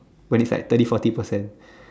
when it's like thirty forty percent